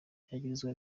yagirizwa